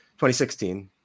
2016